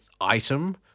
item